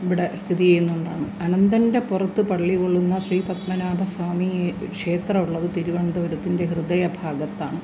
ഇവിടെ സ്ഥിതിചെയ്യുന്നതുകൊണ്ടാണ് അനന്തൻ്റെ പുറത്ത് പള്ളികൊള്ളുന്ന ശ്രീപത്മനാഭസ്വാമി ക്ഷേത്രമുള്ളത് തിരുവനന്തപുരത്തിൻ്റെ ഹൃദയഭാഗത്താണ്